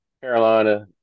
Carolina